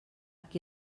qui